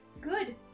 Good